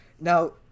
now